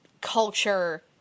culture